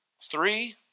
Three